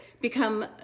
become